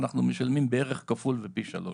אנחנו משלמים בערך כפול ופי שלושה.